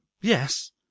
yes